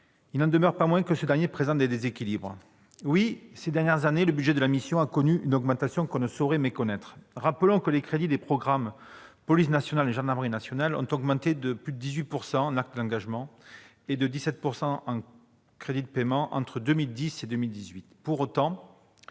il n'en demeure pas moins qu'il présente des déséquilibres. Oui, ces dernières années le budget de la mission a connu une augmentation qu'on ne saurait méconnaître. Rappelons que les crédits des programmes « Police nationale » et « Gendarmerie nationale » ont augmenté de 18,6 % en autorisations d'engagement et de 17,1 % en CP entre 2010 et 2018.